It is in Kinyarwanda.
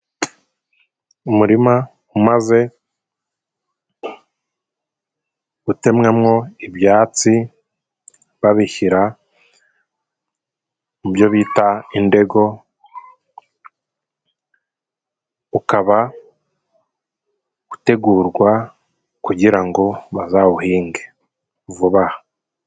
Umurima umaze gutemwamwo ibyatsi, babishyira mu byo bita indego, ukaba utegurwa kugira ngo bazawuhinge vuba aha.